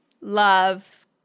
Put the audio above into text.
love